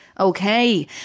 Okay